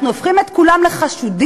אנחנו הופכים את כולם לחשודים,